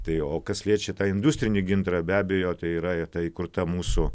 tai o kas liečia tą industrinį gintarą be abejo tai yra ta įkurta mūsų